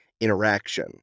interaction